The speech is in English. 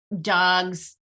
dogs